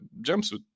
jumpsuit